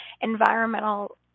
environmental